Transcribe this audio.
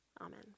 Amen